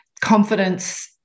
Confidence